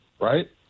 right